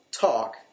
talk